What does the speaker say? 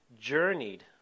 journeyed